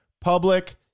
Public